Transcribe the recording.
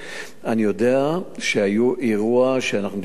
אני יודע שהיה אירוע שדיברנו עליו,